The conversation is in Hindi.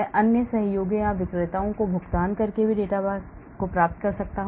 मैं शायद अन्य सहयोगियों या विक्रेताओं से भुगतान आधार डेटाबेस पर प्राप्त करूंगा